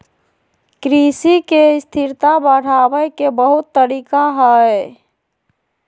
कृषि के स्थिरता बढ़ावे के बहुत तरीका हइ